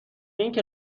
اینکه